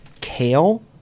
Kale